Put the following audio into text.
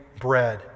bread